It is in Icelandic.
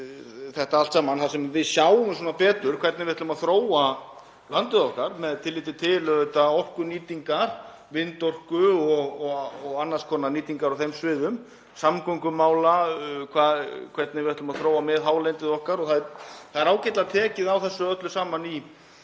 þetta allt saman þar sem við sjáum betur hvernig við ætlum að þróa landið okkar með tilliti til orkunýtingar, vindorku og annars konar nýtingar á þeim sviðum, með tilliti til samgöngumála, hvernig við ætlum að þróa miðhálendið okkar. Það er ágætlega tekið á þessu öllu saman í